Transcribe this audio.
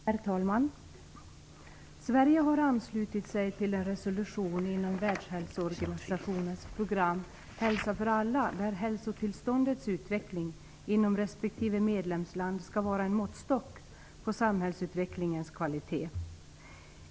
Herr talman! Sverige har anslutit sig till en resolution inom Världshälsoorganisationens program Hälsa för alla, där hälsotillståndets utveckling inom respektive medlemsland skall vara en måttstock på samhällsutvecklingens kvalitet.